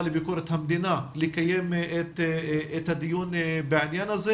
לביקורת המדינה לקיים דיון בעניין הזה.